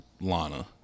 Lana